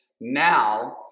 now